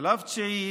שלב תשיעי,